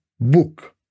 book